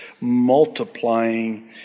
multiplying